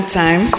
time